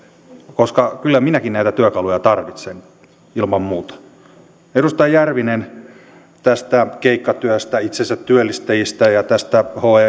koska kyllä minäkin näitä työkaluja tarvitsen ilman muuta edustaja järvinen tästä keikkatyöstä itsensä työllistäjistä ja tästä he